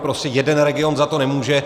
Prostě jeden region za to nemůže.